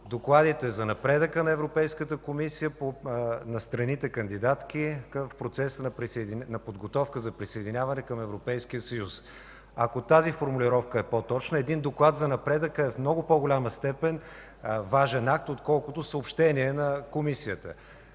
докладите на Европейската комисия за напредъка на страните кандидатки в процеса на подготовка за присъединяване към Европейския съюз. Ако тази формулировка е по-точна? Един доклад за напредъка в много по-голяма степен е по-важен акт, отколкото съобщение на Комисията.